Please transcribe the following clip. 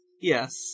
Yes